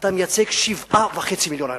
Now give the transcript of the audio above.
אתה מייצג 7.5 מיליוני אנשים,